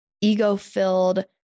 ego-filled